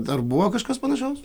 ar buvo kažkas panašaus